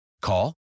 Call